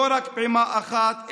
לא רק פעימה אחת,